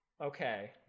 Okay